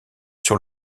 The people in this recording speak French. sur